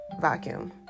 vacuum